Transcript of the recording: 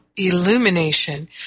illumination